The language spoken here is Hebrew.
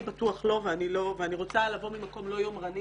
אני בטוח לא ואני רוצה לבוא ממקום לא יומרני